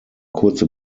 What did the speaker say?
kurze